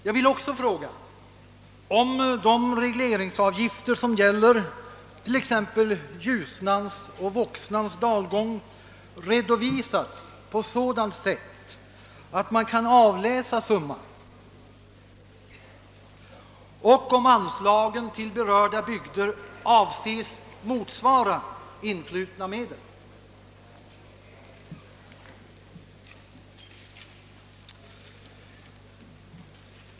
Jag vill också fråga om de regleringsavgifter som gäller t.ex. Ljusnans och Voxnans dalgångar redovisas på sådant sätt, att man kan avläsa summan, och om anslagen till berörda bygder avses motsvara influtna medel.